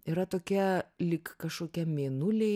yra tokie lyg kažkokie mėnuliai